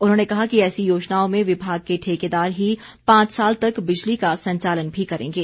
उन्होंने कहा कि ऐसी योजनाओं में विभाग के ठेकेदार ही पांच साल तक बिजली का संचालन भी करेंगे